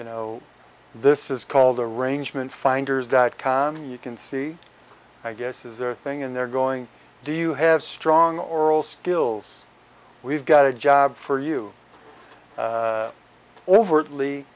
you know this is called arrangement finders dot com you can see i guess is a thing and they're going do you have strong oral skills we've got a job for you overtly